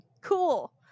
cool